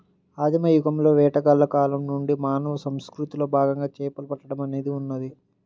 ఆదిమ యుగంలోని వేటగాళ్ల కాలం నుండి మానవ సంస్కృతిలో భాగంగా చేపలు పట్టడం అనేది ఉన్నది